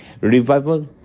revival